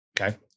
okay